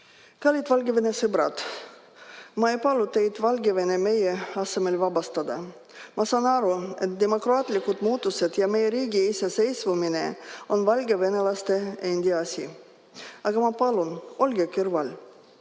Kallid Valgevene sõbrad! Ma ei palu teid Valgevene meie asemel vabastada. Ma saan aru, et demokraatlikud muutused ja meie riigi iseseisvumine on valgevenelaste endi asi. Aga ma palun: olge meie